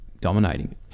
dominating